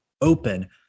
open